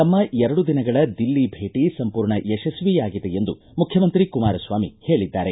ತಮ್ಮ ಎರಡು ದಿನಗಳ ದಿಲ್ಲಿ ಭೇಟ ಸಂಪೂರ್ಣ ಯಶಸ್ವಿಯಾಗಿದೆ ಎಂದು ಮುಖ್ಯಮಂತ್ರಿ ಕುಮಾರಸ್ವಾಮಿ ಹೇಳಿದ್ದಾರೆ